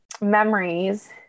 memories